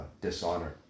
dishonor